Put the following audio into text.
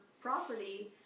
property